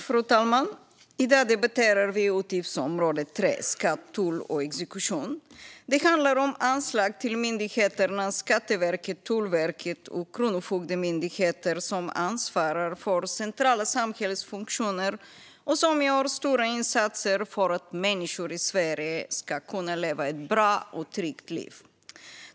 Fru talman! Vi debatterar nu utgiftsområde 3 Skatt, tull och exekution. Det handlar om anslag till myndigheterna Skatteverket, Tullverket och Kronofogdemyndigheten, som ansvarar för centrala samhällsfunktioner och gör stora insatser för att människor i Sverige ska kunna leva ett bra och tryggt liv.